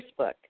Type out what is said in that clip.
Facebook